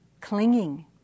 clinging